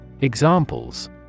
Examples